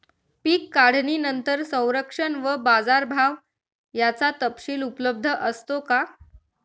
पीक काढणीनंतर संरक्षण व बाजारभाव याचा तपशील उपलब्ध असतो का?